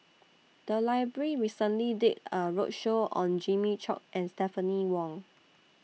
The Library recently did A roadshow on Jimmy Chok and Stephanie Wong